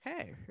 Okay